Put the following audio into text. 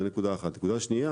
דבר שני,